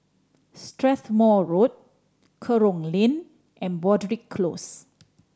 Strathmore Road Kerong Lane and Broadrick Close